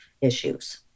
issues